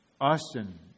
Austin